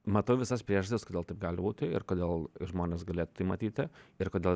matau visas priežastis kodėl taip gali būti ir kodėl žmonės galėtų tai matyti ir kodėl